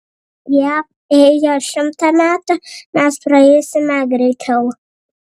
jav ėjo šimtą metų mes praeisime greičiau